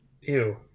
Ew